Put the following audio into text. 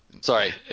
sorry